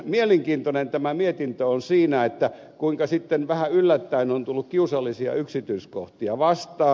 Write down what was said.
mielenkiintoinen tämä mietintö on siinä kuinka sitten vähän yllättäen on tullut kiusallisia yksityiskohtia vastaan